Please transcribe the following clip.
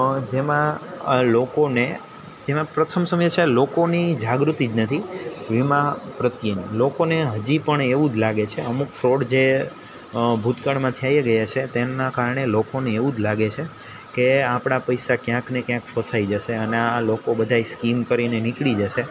જેમાં આ લોકોને જેમાં પ્રથમ સમસ્યા લોકોની જાગૃતિ જ નથી વીમા પ્રત્યેની લોકોને હજી પણ એવું જ લાગે છે અમુક ફ્રોડ જે ભૂતકાળમાં થઈ ગયા છે તેમના કારણે લોકોને એવું જ લાગે છે કે આપણા પૈસા ક્યાંકને ક્યાંક ફસાઈ જશે અને આ લોકો બધાય સ્કીમ કરીને નીકળી જશે